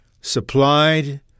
supplied